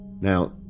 now